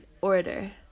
order